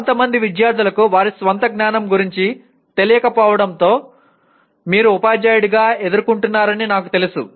కొంతమంది విద్యార్థులకు వారి స్వంత జ్ఞానం గురించి తెలియకపోవడాన్ని మీరు ఉపాధ్యాయుడిగా ఎదుర్కొంటున్నారని నాకు తెలుసు